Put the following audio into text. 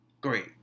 great